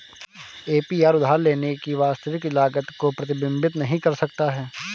APR उधार लेने की वास्तविक लागत को प्रतिबिंबित नहीं कर सकता है